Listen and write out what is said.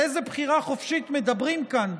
על איזו בחירה חופשית מדברים כאן?